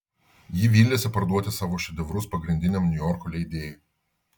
ji vylėsi parduoti savo šedevrus pagrindiniam niujorko leidėjui